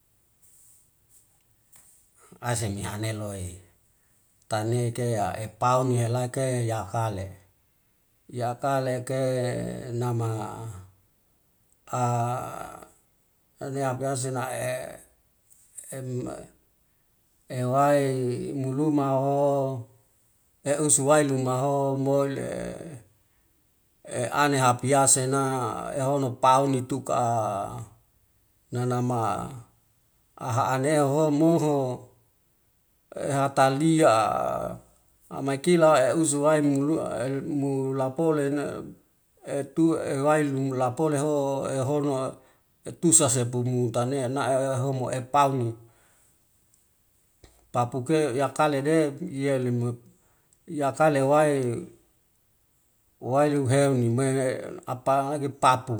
asema haneno'ei taneke aepau nialke iakale, iakake kenama neapease na ewai mulumaho eusual lumaho mole eane apiase na eahono paunituk nanama ahaneho moho ehatalia amakil e usuwin mu lapole na etu ewail mulapoleho ehono etusa sepu mutane nae ehomo epamu. Papuke yakalede yelemai iakela ewail wail uhemneme apa ipapu,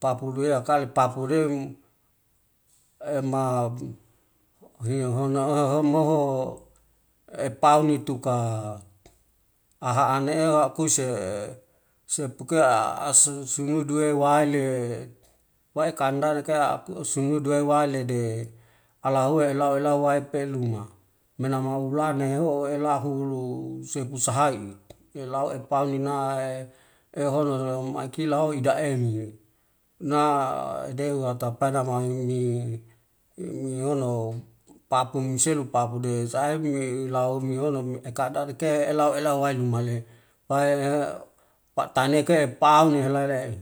papu due akale papu ihiohona he moho epanituka aha ane akuse sepuke ase sunudu wail'le wai kandanike apeuse unudu waillede alehu elau elu wai peluma menama ulane oho lahulu sepusaha'i, elau epaluna ehono hom akila hoida'eni, na dewatapail namahini nihono papu yuseleu papude sa'ne ilau nihono me ekadadi ke elau elau wiluma le pataneke epaune halaile'e.